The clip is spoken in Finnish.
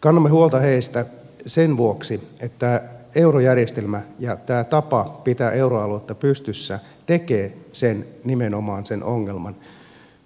kannamme huolta heistä sen vuoksi että eurojärjestelmä ja tämä tapa pitää euroaluetta pystyssä tekevät nimenomaan sen ongelman